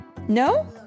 No